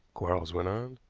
quarles went on,